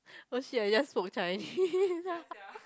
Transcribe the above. !oh shit! I just spoke Chinese